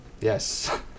Yes